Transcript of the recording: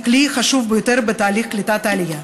כלי חשוב ביותר בתהליך קליטת העלייה.